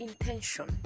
intention